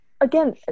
again